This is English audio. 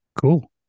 Cool